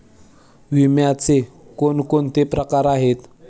विम्याचे कोणकोणते प्रकार आहेत?